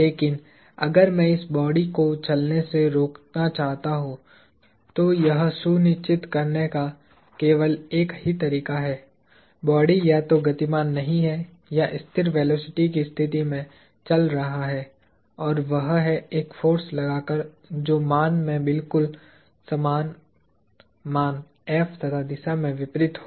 लेकिन अगर मैं इस बॉडी को चलने से रोकना चाहता हूं तो यह सुनिश्चित करने का केवल एक ही तरीका है कि बॉडी या तो गतिमान नहीं है या स्थिर वेलोसिटी की स्थिति में चल रहा है और वह है एक फोर्स लगाकर जो मान मे बिलकुल समान मान F तथा दिशा में विपरीत हो